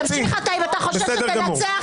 תמשיך אתה, אם אתה חושב שתנצח.